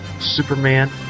Superman